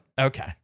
Okay